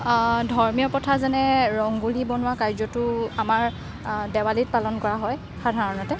ধৰ্মীয় প্ৰথা যেনে ৰংগুলি বনোৱা কাৰ্যটো আমাৰ দেৱালীত পালন কৰা হয় সাধাৰণতে